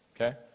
okay